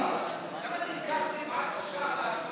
למה נזכרתם רק עכשיו לעשות את זה?